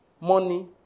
money